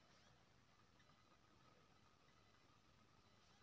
कोनों तरह केर वित्तीय रिस्क फाइनेंशियल रिस्क कहल जाइ छै